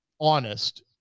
honest